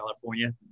California